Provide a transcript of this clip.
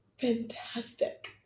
fantastic